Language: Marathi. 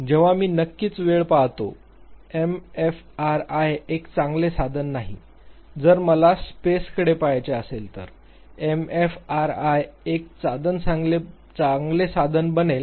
जेव्हा मी नक्कीच वेळ पाहतो एफएमआरआय एक चांगले साधन नाही जर मला स्पेसकडे पहायचे असेल तर एफएमआरआय एक चांगले साधन बनले